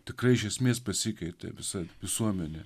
tikrai iš esmės pasikeitė visa visuomenė